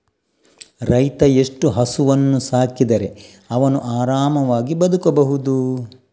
ರೈತ ಎಷ್ಟು ಹಸುವನ್ನು ಸಾಕಿದರೆ ಅವನು ಆರಾಮವಾಗಿ ಬದುಕಬಹುದು?